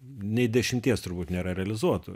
nei dešimties turbūt nėra realizuotų